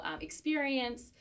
experience